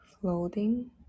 floating